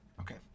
Okay